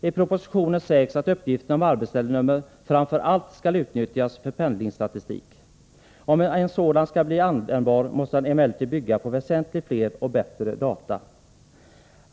I propositionen sägs att uppgifterna om arbetsställenummer framför allt skall utnyttjas för pendlingsstatistik. Om en sådan skall bli användbar, måste den emellertid bygga på väsentligt fler och bättre data.